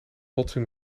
botsing